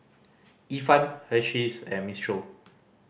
Ifan Hersheys and Mistral